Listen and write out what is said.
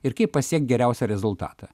ir kaip pasiekt geriausią rezultatą